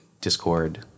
Discord